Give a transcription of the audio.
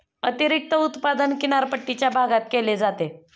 अतिरिक्त उत्पादन किनारपट्टीच्या भागात केले जाते